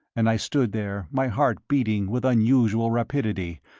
and i stood there, my heart beating with unusual rapidity,